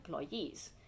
employees